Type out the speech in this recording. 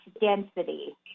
density